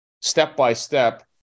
step-by-step